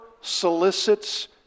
solicits